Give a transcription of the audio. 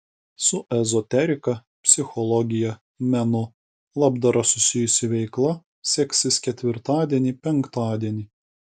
su ezoterika psichologija menu labdara susijusi veikla seksis ketvirtadienį penktadienį